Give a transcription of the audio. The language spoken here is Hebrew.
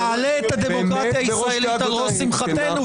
זה באמת בראש דאגותיי.